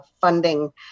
funding